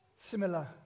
Similar